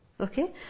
Okay